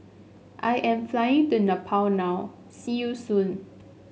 I am flying to Nepal now see you soon